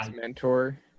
mentor